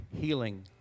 healing